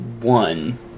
one